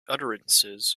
utterances